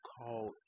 call